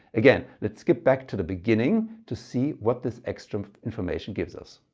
again, let's skip back to the beginning to see what this extra information gives us.